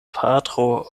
patro